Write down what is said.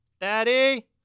Daddy